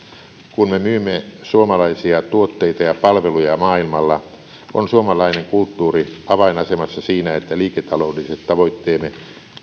kun me myymme suomalaisia tuotteita ja palveluja maailmalla on suomalainen kulttuuri avainasemassa siinä että liiketaloudelliset tavoitteemme